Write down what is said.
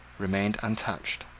remained untouched.